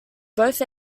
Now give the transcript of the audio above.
both